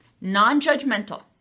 Non-judgmental